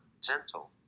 gentle